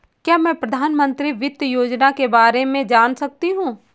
क्या मैं प्रधानमंत्री वित्त योजना के बारे में जान सकती हूँ?